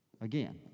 again